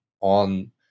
on